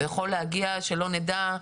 ויכול להגיע, שלא נדע,